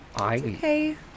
okay